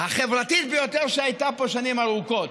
ביותר שהייתה פה שנים ארוכות,